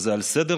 וזה על סדר-היום.